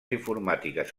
informàtiques